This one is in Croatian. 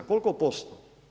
Koliko posto?